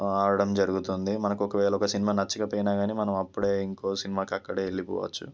ఆడడం జరుగుతుంది మనకు ఒకవేళ ఒక సినిమా నచ్చకపోయినా కాని మనం అప్పుడే ఇంకో సినిమాకి అక్కడే వెళ్లిపోవచ్చు